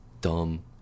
dumb